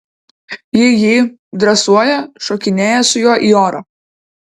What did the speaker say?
ji jį dresuoja šokinėja su juo į orą